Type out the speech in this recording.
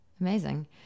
Amazing